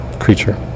Creature